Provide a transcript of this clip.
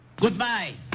Goodbye